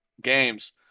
games